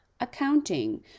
accounting